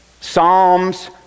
Psalms